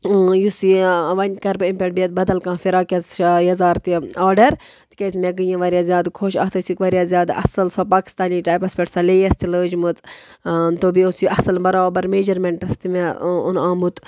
یُس یہِ وَنۍ کَرٕ بہٕ اَمہِ پٮ۪ٹھ بیٚیہِ بَدل کانٛہہ فِراق یَتھ یَزار تہِ آرڈَر تِکیازِ مےٚ گٔے یم واریاہ زیادٕ خۄش اَتھ ٲسِکھ واریاہ زیادٕ اَصٕل سۄ پاکِستانی ٹایپَس پٮ۪ٹھ سۄ لیس تہِ لٲجمٕژ تہٕ بیٚیہِ اوس یہِ اَصٕل بَرابَر میجَرمینٹَس تہِ مےٚ اوٚن آمُت